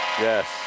Yes